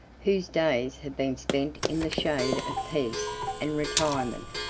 whose days have been spent in the shade of peace and retirement?